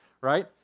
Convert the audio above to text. right